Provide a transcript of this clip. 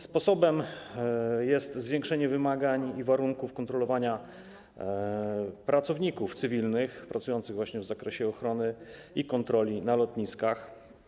Sposobem jest zwiększenie wymagań dotyczących warunków kontrolowania pracowników cywilnych pracujących właśnie w zakresie ochrony i kontroli na lotniskach.